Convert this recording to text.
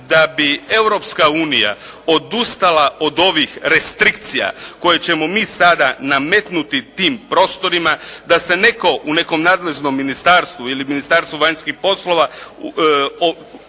da bi Europska unija odustala od ovih restrikcija koje ćemo mi sada nametnuti tim prostorima da se netko u nekom nadležnom ministarstvu ili Ministarstvu vanjskih poslova